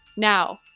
now,